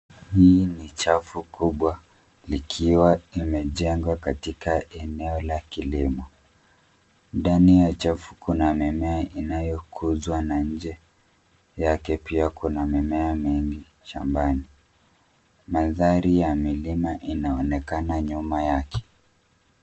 Hii ni chafu kubwa, likiwa imejengwa katika eneo la kilimo. Ndani ya chafu kuna mimea inayokuzwa na nje yake pia kuna mimea mingine shambani. Mandhari ya milima inaonekana nyuma yake.